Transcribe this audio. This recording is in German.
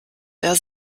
der